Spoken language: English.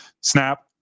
snap